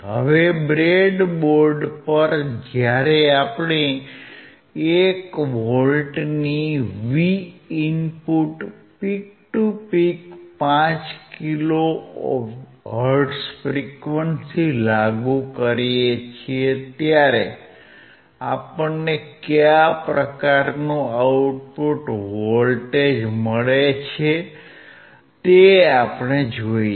હવે બ્રેડબોર્ડ પર જ્યારે આપણે 1 વોલ્ટની Vin peak to peak 5 kilohertz frequency લાગુ કરીએ છીએ ત્યારે આપણને કયા પ્રકારનું આઉટપુટ વોલ્ટેજ મળે છે તે જોઇએ